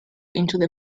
into